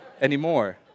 anymore